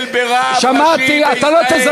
אני מזלזל ברב ראשי בישראל, שמעתי, אתה לא תזלזל.